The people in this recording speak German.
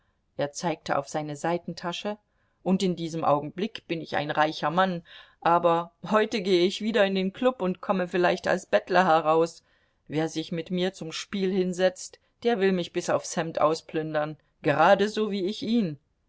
er zeigte auf seine seitentasche und in diesem augenblick bin ich ein reicher mann aber heute gehe ich wieder in den klub und komme vielleicht als bettler heraus wer sich mit mir zum spiel hinsetzt der will mich bis aufs hemd ausplündern geradeso wie ich ihn